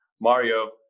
Mario